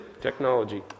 Technology